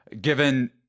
given